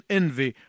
envy